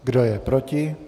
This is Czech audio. Kdo je proti?